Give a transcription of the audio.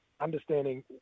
understanding